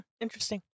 Interesting